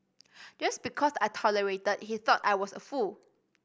just because I tolerated he thought I was a fool